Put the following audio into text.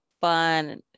fun